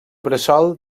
bressol